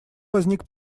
возник